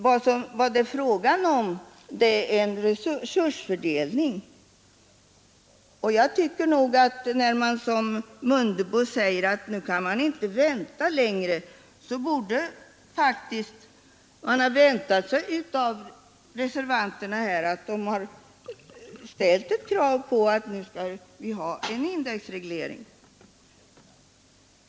Vad det är fråga om är en resursfördelning, och när nu herr Mundebo säger att man inte kan vänta längre så borde faktiskt reservanterna ha ställt krav på en indexreglering.